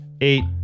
Eight